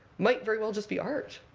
might very well just be art.